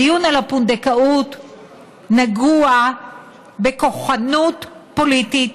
הדיון על הפונדקאות נגוע בכוחנות פוליטית,